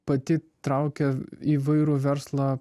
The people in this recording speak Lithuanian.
pati traukia įvairų verslą